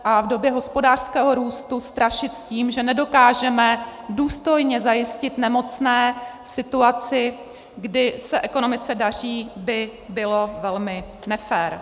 A v době hospodářského růstu strašit tím, že nedokážeme důstojně zajistit nemocné v situaci, kdy se ekonomice daří, by bylo velmi nefér.